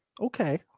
Okay